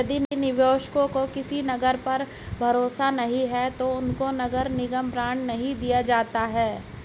यदि निवेशकों को किसी नगर पर भरोसा नहीं है तो उनको नगर निगम बॉन्ड नहीं दिया जाता है